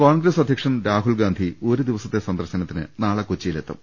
കോൺഗ്രസ് അധ്യക്ഷൻ രാഹുൽ ഗാന്ധി ഒരു ദിവസത്തെ സന്ദർശനത്തിന് നാളെ കൊച്ചിയിലെത്തും